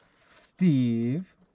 Steve